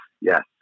yes